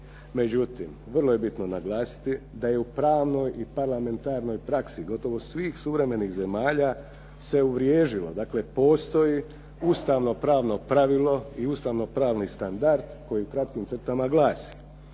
Međutim, vrlo je bitno naglasiti da je u pravnoj i parlamentarnoj praksi gotovo svih suvremenih zemalja se uvriježilo, dakle postoji ustavno pravno pravilo i ustavno pravni standard koji u kratkim crtama glasi: